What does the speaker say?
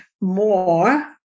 more